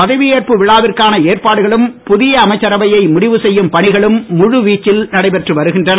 பதவி ஏற்பு விழாவிற்கான ஏற்பாடுகளும் புதிய அமைச்சரவையை முடிவு செய்யும் பணிகளும் முழு வீச்சில் நடைபெற்று வருகின்றன